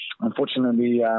unfortunately